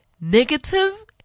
negative